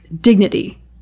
dignity